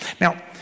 Now